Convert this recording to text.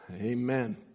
Amen